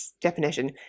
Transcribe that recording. definition